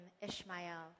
Ishmael